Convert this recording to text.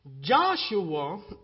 Joshua